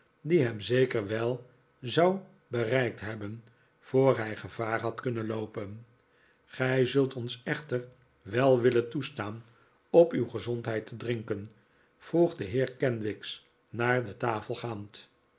die hem zeker wel zou bereikt hebben voor hij gevaar had kunnen loopen gij zult ons echter wel willen toestaan op uw gezondheid te drinken vroeg de heer kenwigs naar de tafel gaand